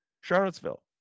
Charlottesville